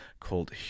called